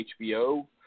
HBO